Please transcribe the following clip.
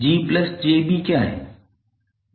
𝐺𝑗𝐵 क्या है